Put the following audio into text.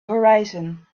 horizon